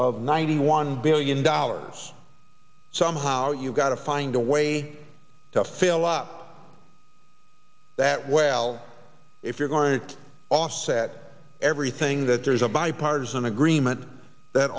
of ninety one billion dollars somehow you've got to find a way to fill up that well if you're going to offset everything that there's a bipartisan agreement that